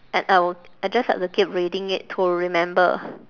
and I will I just like to keep reading it to remember